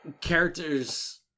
characters